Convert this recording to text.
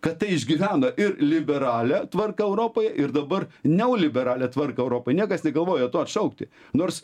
kad tai išgyvena ir liberalią tvarką europoj ir dabar neoliberalią tvarką europoj niekas negalvojo to atšaukti nors